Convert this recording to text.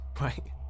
right